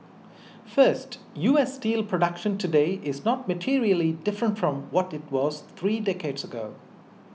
first U S steel production today is not materially different from what it was three decades ago